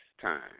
time